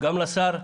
גם לשר,